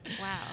Wow